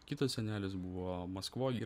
kitas senelis buvo maskvoj ir